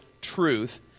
truth